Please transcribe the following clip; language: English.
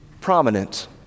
prominent